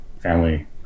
family